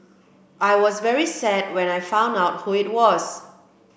I was very sad when I found out who it was